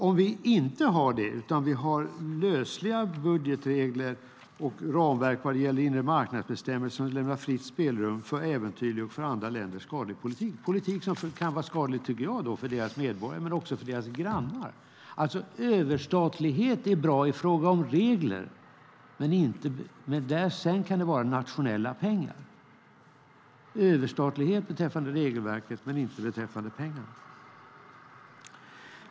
Om vi inte har det utan har lösliga budgetregler och ramverk vad gäller inre-marknads-bestämmelser lämnar det fritt spelrum för en äventyrlig och för andra länder skadlig politik - en politik som kan vara skadlig, tycker jag, för deras medborgare men också för deras grannar. Överstatlighet är bra i fråga om regler, men sedan kan det vara nationella pengar, alltså överstatlighet beträffande regelverket men inte beträffande pengar.